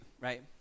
right